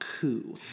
coup